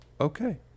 okay